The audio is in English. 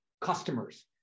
customers